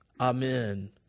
amen